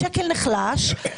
השקל נחלש.